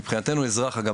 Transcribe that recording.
אגב,